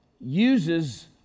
uses